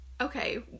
okay